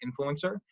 influencer